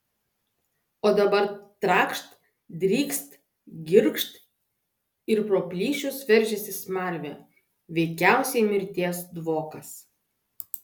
o dabar trakšt drykst girgžt ir pro plyšius veržiasi smarvė veikiausiai mirties dvokas